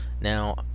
Now